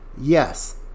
Yes